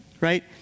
right